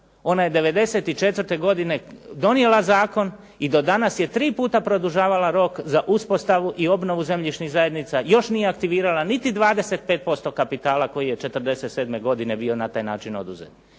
Ona je '94. godine donijela zakon i do danas je tri puta produžavala rok za uspostavu i obnovu zemljišnih zajednica. Još nije aktivirala niti 25% kapitala koji je '47. godine bio na taj način oduzet.